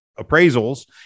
appraisals